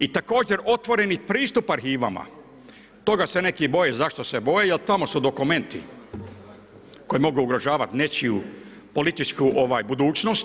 I također otvoreni pristup arhivama, toga se neki boje zašto se boje, jer tamo su dokumenti, koji mogu ugrožavati nečiju političku budućnost.